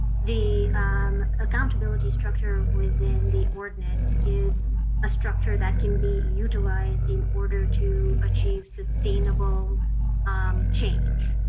the um accountability structure within the ordinance is a structure that can be utilized in order to achieve sustainable um change.